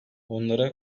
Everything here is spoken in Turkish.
onlara